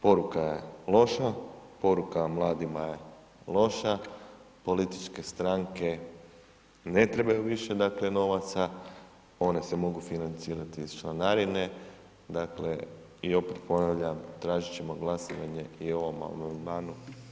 Poruka je loša, poruka mladima je loša, političke stranke ne trebaju više dakle novaca one se mogu financirati iz članarine, dakle i opet ponavljam tražit ćemo glasovanje i o ovom amandmanu.